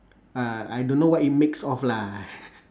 uh I don't know what it makes of lah